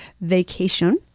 vacation